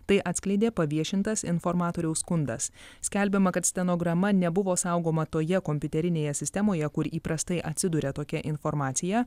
tai atskleidė paviešintas informatoriaus skundas skelbiama kad stenograma nebuvo saugoma toje kompiuterinėje sistemoje kur įprastai atsiduria tokia informacija